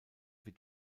wird